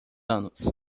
anos